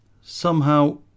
Somehow